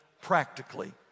practically